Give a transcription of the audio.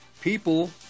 people